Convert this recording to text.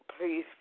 please